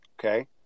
okay